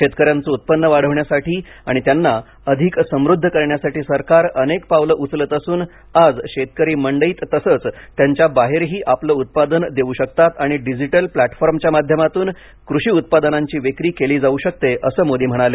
शेतक यांचं उत्पन्न वाढविण्यासाठी आणि त्यांना अधिक समृद्ध करण्यासाठी सरकार अनेक पावले उचलत असून आज शेतकरी मंडईत तसेच त्यांच्या बाहेरही आपले उत्पादन देऊ शकतात आणि डिजिटल प्लॅटफॉर्मच्या माध्यमातून कृषी उत्पादनांची विक्री केली जावू शकते असं मोदी म्हणाले